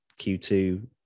Q2